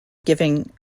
giving